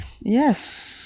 Yes